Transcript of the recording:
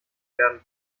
werden